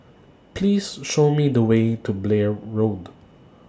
Please Show Me The Way to Blair Road